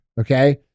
okay